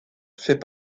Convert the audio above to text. fait